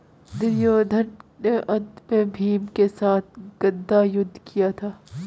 दुर्योधन ने अन्त में भीम के साथ गदा युद्ध किया था